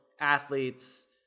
athletes